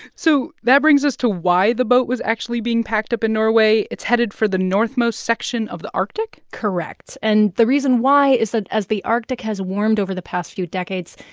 so that brings us to why the boat was actually being packed up in norway. it's headed for the north-most section of the arctic? correct. and the reason why is that, as the arctic has warmed over the past few decades,